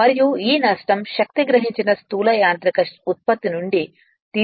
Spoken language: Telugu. మరియు ఈ నష్టం శక్తి గ్రహించిన స్థూల యాంత్రిక ఉత్పత్తి నుండి ఇది